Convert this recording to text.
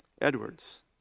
Edwards